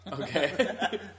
Okay